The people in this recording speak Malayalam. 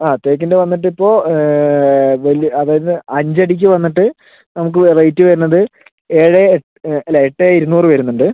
ആ തേക്കിൻ്റ വന്നിട്ട് ഇപ്പോൾ വലിയ അത് തന്നെ അഞ്ച് അടിക്ക് വന്നിട്ട് നമുക്ക് വെറൈറ്റി വരുന്നത് ഏഴ് അല്ല എട്ട് ഇരുന്നൂറ് വരുന്നുണ്ട്